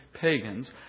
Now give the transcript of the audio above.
pagans